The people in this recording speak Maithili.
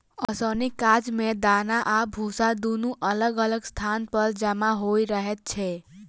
ओसौनीक काज मे दाना आ भुस्सा दुनू अलग अलग स्थान पर जमा होइत रहैत छै